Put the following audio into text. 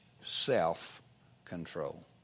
self-control